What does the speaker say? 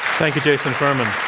thank you, jason furman.